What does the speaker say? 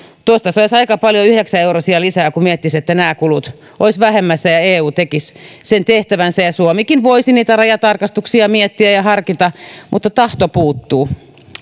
tuosta saisi aika paljon yhdeksäneuroisia lisää kun miettisi että nämä kulut olisivat vähemmässä ja eu tekisi sen tehtävänsä ja suomikin voisi niitä rajatarkastuksia miettiä ja harkita mutta tahto puuttuu